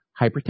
hypertension